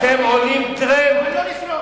צריך לגרש את החיילים, אבל לא לשרוף.